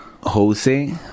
Jose